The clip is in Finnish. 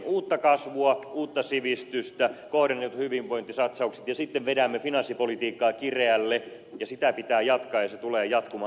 uutta kasvua uutta sivistystä kohdennetut hyvinvointisatsaukset ja sitten vedämme finanssipolitiikkaa kireälle ja sitä pitää jatkaa ja se tulee jatkumaan